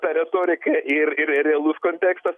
ta retorika ir ir realus kontekstas